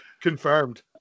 Confirmed